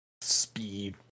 Speed